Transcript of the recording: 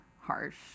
harsh